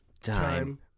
time